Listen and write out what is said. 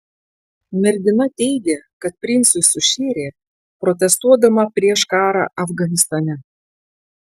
mergina teigė kad princui sušėrė protestuodama prieš karą afganistane